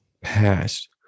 past